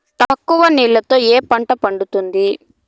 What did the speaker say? తక్కువ నీళ్లతో ఏ పంట పండుతుంది?